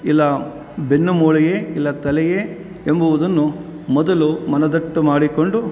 ಇಲ್ಲ ಬೆನ್ನು ಮೂಳೆಯೇ ಇಲ್ಲ ತಲೆಯೇ ಎಂಬುವುದನ್ನು ಮೊದಲು ಮನದಟ್ಟು ಮಾಡಿಕೊಂಡು